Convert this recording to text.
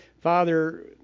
Father